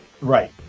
Right